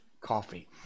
coffee